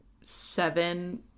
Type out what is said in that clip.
seven